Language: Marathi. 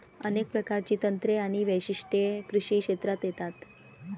अनेक प्रकारची तंत्रे आणि वैशिष्ट्ये कृषी क्षेत्रात येतात